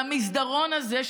למסדרון הזה,